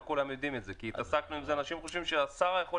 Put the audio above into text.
מאוד חשוב להדגיש את זה שהשר לא קובע